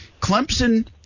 Clemson